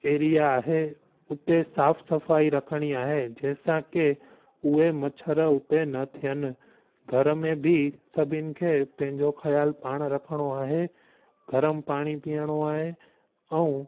area आहे उते साफ़ु सफ़ाई रखिणी आहे जंहिं सां की उहे मछर उते न थियनि घर में बि सभिनी खे पंहिंजो ख़्याल पाणि रखिणो आहे गरमु पाणी पीअणो आहे ऐं